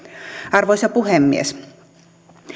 arvoisa puhemies